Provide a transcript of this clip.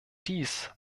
dies